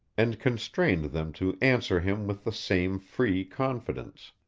and constrained them to answer him with the same free confidence.